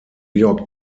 york